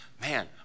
man